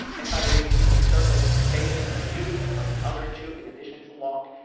and by the way, you see in these circles bacon and newton are the other two in addition to locke.